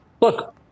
Look